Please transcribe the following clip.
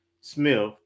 Smith